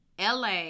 LA